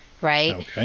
right